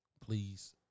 please